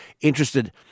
interested